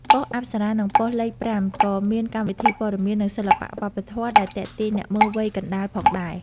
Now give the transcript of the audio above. ប៉ុស្តិ៍អប្សរានិងប៉ុស្តិ៍លេខប្រាំក៏មានកម្មវិធីព័ត៌មាន និងសិល្បៈវប្បធម៌ដែលទាក់ទាញអ្នកមើលវ័យកណ្តាលផងដែរ។